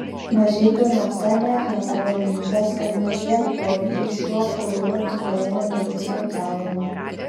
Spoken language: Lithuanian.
mažeikių nafta neatmeta galimybės kad mažėjant poreikiui šiuo kuru lietuvoje nebebus prekiaujama